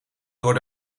door